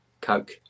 Coke